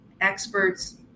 experts